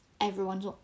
everyone's